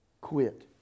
quit